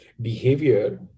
behavior